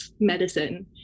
medicine